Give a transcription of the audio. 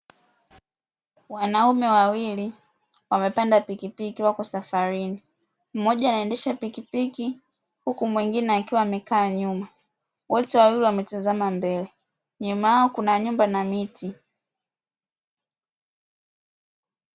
Wanaume wawili wamepanda pikipiki wako safarini mmoja anaendesha pikipiki huku mwingine akiwa amekaa kwa nyuma , wote wawili wametazama mbele nyuma yao kuna nyumba na miti.